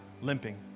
limping